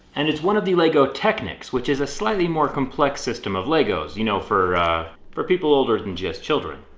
and it's one of the lego technics, which is a slightly more complex system of legos. you know, for for people older than just children.